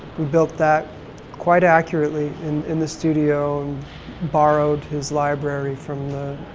we built that quite accurately in, in the studio and borrowed his library from the,